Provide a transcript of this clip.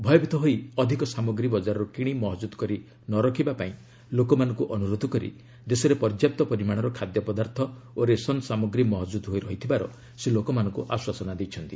ଭୟଭୀତ ହୋଇ ଅଧିକ ସାମଗ୍ରୀ ବଜାରରୁ କିଣି ମହଜୁଦ କରି ନ ରଖିବା ପାଇଁ ଲୋକମାନଙ୍କୁ ଅନୁରୋଧ କରି ଦେଶରେ ପର୍ଯ୍ୟାପ୍ତ ପରିମାଣର ଖାଦ୍ୟ ପଦାର୍ଥ ଓ ରେସନ ସାମଗ୍ରୀ ମହକୁଦ ହୋଇ ରହିଥିବାର ସେ ଲୋକମାନଙ୍କୁ ଆଶ୍ୱାସନା ଦେଇଛନ୍ତି